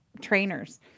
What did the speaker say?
trainers